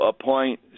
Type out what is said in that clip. appoint